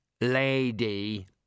Lady